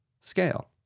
scale